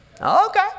okay